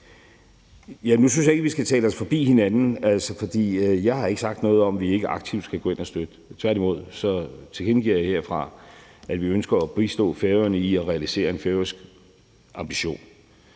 Nu synes jeg ikke, at vi skal tale os forbi hinanden, for jeg har ikke sagt noget om, at vi ikke aktivt skal gå ind og støtte. Tværtimod tilkendegiver jeg herfra, at vi ønsker at bistå Færøerne med at realisere en færøsk ambition.